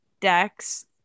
dex